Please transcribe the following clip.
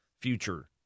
future